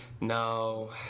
No